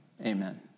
amen